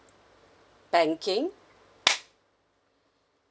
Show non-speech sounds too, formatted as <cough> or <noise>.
banking <noise>